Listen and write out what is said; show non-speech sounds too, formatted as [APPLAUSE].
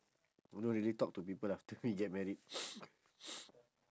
don't really talk to people after we get married [NOISE] [NOISE]